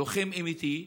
לוחם אמיתי,